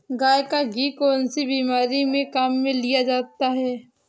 गाय का घी कौनसी बीमारी में काम में लिया जाता है?